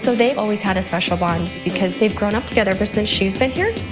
so they've always had a special bond, because they've grown up together. ever since she's been here,